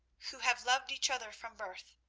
who have loved each other from birth,